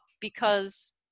because-